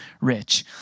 rich